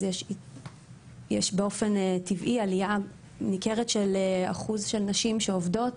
אז יש באופן טבעי עלייה ניכרת של אחוז של נשים שעובדות,